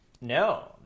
No